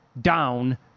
down